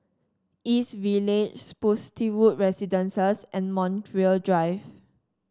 East Village Spottiswoode Residences and Montreal Drive